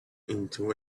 into